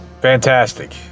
Fantastic